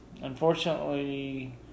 Unfortunately